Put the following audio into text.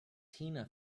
tina